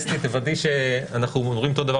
אסתי, תוודאי שאנחנו אומרים את אותו דבר